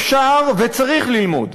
אפשר וצריך ללמוד,